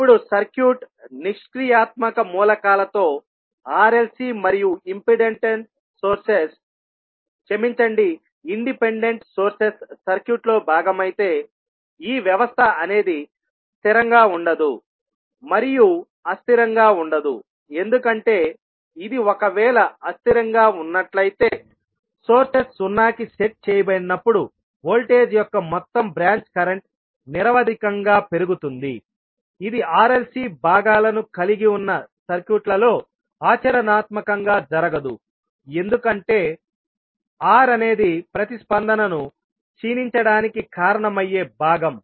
ఇప్పుడు సర్క్యూట్ నిష్క్రియాత్మక మూలకాలతో RLC మరియు ఇండిపెండెంట్ సోర్సెస్ సర్క్యూట్లో భాగమైతేఈ వ్యవస్థ అనేది స్థిరంగా ఉండదు మరియు అస్థిరంగా ఉండదు ఎందుకంటే ఇది ఒకవేళ అస్థిరంగా ఉన్నట్లయితే సోర్సెస్ సున్నాకి సెట్ చేయబడినప్పుడు వోల్టేజ్ యొక్క మొత్తం బ్రాంచ్ కరెంట్ నిరవధికంగా పెరుగుతుంది ఇది RLC భాగాలను కలిగి ఉన్న సర్క్యూట్లలో ఆచరణాత్మకంగా జరగదు ఎందుకంటే R అనేది ప్రతిస్పందనను క్షీణించడానికి కారణమయ్యే భాగం